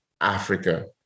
Africa